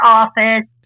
office